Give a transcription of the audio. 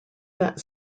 that